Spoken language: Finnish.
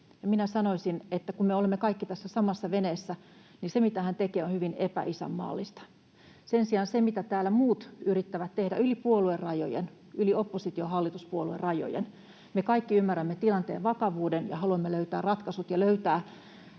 Minä sanoisin, että kun me olemme kaikki tässä samassa veneessä, niin se, mitä hän tekee, on hyvin epäisänmaallista. Sen sijaan se, mitä täällä muut yrittävät tehdä yli puoluerajojen, yli oppositio—hallituspuolue-rajojen: me kaikki ymmärrämme tilanteen vakavuuden ja haluamme löytää ratkaisut ja löytää